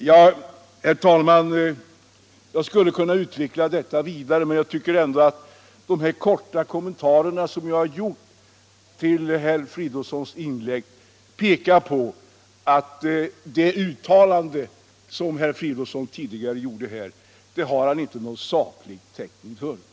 Ja, herr talman, jag skulle kunna utveckla detta vidare, men jag tycker ändå att dessa korta kommentarer till herr Fridolfssons inlägg pekar på att herr Fridolfsson inte har någon saklig täckning för de uttalanden som han här har gjort.